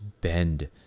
bend